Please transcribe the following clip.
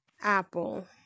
apple